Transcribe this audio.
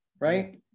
right